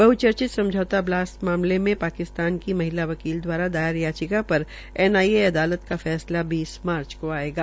बहचर्चित समझौता विस्फोट मामले में पाकिस्तान की महिला वकील दवारा दायर याचिका पर एनआईए अदालत का फैसला बीस मार्च को आयेगा